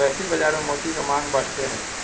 वैश्विक बाजार में मोती के मांग बढ़ते हई